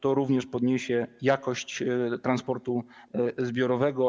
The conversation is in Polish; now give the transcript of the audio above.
To też podniesie jakość transportu zbiorowego.